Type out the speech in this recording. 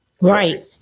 Right